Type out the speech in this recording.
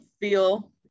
feel